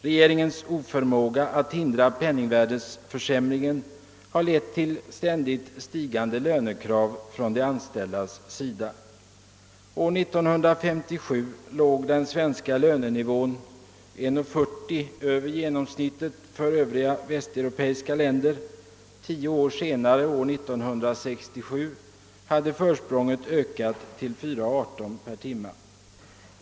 Regeringens oförmåga att förhindra penningvärdeförsämringen har lett till ständigt stigande lönekrav från de anställda. År 1957 låg den svenska lönenivån 1 krona 40 öre över genomsnittet för övriga västeuropeiska länder. År 1967, tio år senare, hade försprånget ökat till 4 kronor 18 öre per timme.